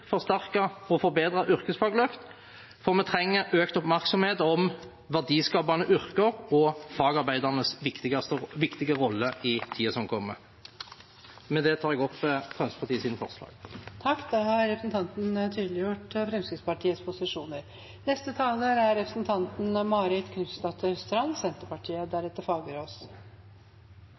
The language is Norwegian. og forbedret yrkesfagløft, for vi trenger økt oppmerksomhet om verdiskapende yrker og fagarbeidernes viktige rolle i tiden som kommer. Med det tar jeg opp alle forslag Fremskrittspartiet er en del av som ikke er tatt opp allerede. Representanten Roy Steffensen har tatt opp de forslagene han refererte til. Senterpartiet